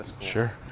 sure